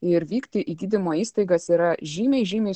ir vykti į gydymo įstaigas yra žymiai žymiai